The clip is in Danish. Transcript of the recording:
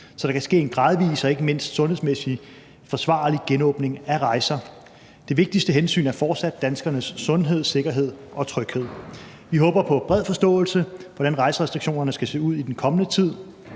så der kan ske en gradvis og ikke mindst sundhedsmæssig forsvarlig genåbning med hensyn til rejser. Det vigtigste hensyn er fortsat danskernes sundhed, sikkerhed og tryghed. Vi håber på bred forståelse for, hvordan rejserestriktionerne skal se ud i den kommende tid.